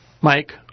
Mike